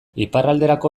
iparralderako